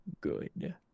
good